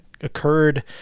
occurred